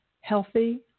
healthy